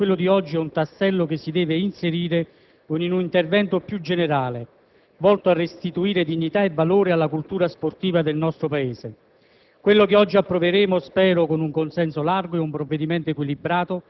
Lo faremo con la consapevolezza, cui ho già fatto riferimento, che quello di oggi è un tassello che si deve inserire in un intervento più generale, volto a restituire dignità e valore alla cultura sportiva nel nostro Paese.